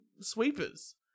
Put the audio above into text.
sweepers